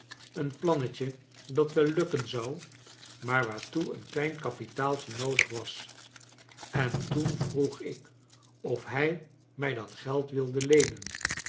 een plannetje dat wel lukken zou maar waartoe een klein kapitaaltje noodig was en toen vroeg ik of hij mij dat geld wilde leenen